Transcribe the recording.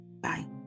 Bye